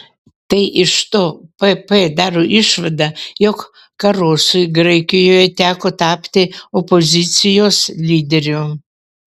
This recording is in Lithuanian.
tai iš to pp daro išvadą jog karosui graikijoje teko tapti opozicijos lyderiu